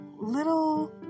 little